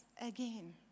again